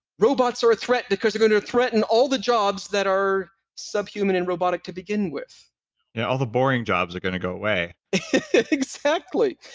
robots are a threat because they're going to threaten all the jobs that are subhuman and robotic to begin with yeah all the boring jobs are going to go away exactly.